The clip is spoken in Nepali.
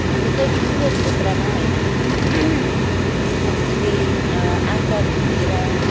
निक्कै ठुलो क्षेत्रमा होइन अलिकति आकार दिएर